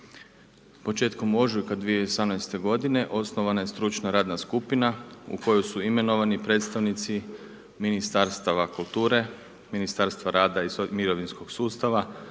Početkom ožujka 2018. g. osnovana je stručna radna skupina u kojoj su imenovani predstavnici Ministarstava kulture, Ministarstva rada i mirovinskog sustava,